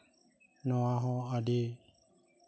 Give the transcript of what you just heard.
ᱱᱚᱣᱟᱦᱚᱸ ᱟᱹᱰᱤ